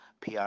pr